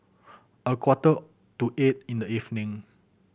a quarter to eight in the evening